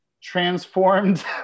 transformed